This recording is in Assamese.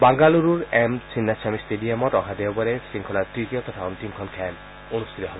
বাংগালোৰৰ এম চিন্নাস্বামী টেডিয়ামত অহা দেওবাৰে শৃংখলাৰ তৃতীয় তথা অন্তিমখন খেল অনুষ্ঠিত হ'ব